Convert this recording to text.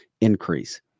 increase